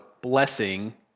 blessing